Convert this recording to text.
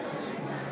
להלן תוצאות